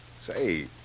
Say